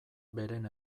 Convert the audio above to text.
beren